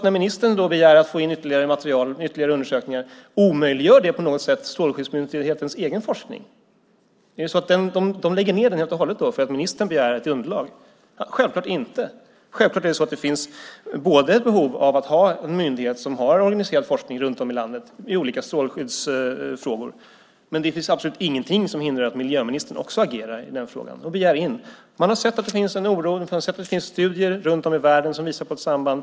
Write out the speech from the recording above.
När ministern begär att få in ytterligare material och ytterligare undersökningar, omöjliggör det på något sätt Strålsäkerhetsmyndighetens egen forskning? Är det så att de lägger ned den helt och hållet för att ministern begär ett underlag? Självklart inte! Självklart är det så att det finns ett behov av att ha en myndighet som har organiserad forskning runt om i landet i olika strålskyddsfrågor. Men det finns absolut ingenting som hindrar att miljöministern också agerar i den frågan och begär in underlag. Man har sett att det finns en oro och att det finns studier runt om i världen som visar på ett samband.